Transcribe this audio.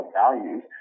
values